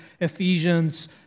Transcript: Ephesians